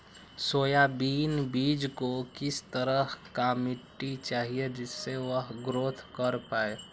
Soybean बीज को किस तरह का मिट्टी चाहिए जिससे वह ग्रोथ कर पाए?